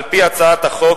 על-פי הצעת החוק,